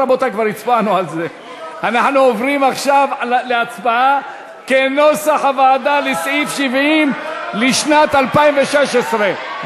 אנחנו עוברים עכשיו להצבעה על סעיף 70 לשנת 2016,